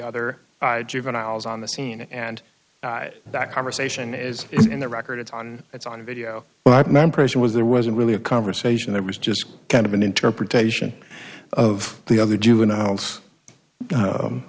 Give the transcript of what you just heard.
other juveniles on the scene and that conversation is in the record it's on it's on video well i've known person was there wasn't really a conversation there was just kind of an interpretation of the other juveniles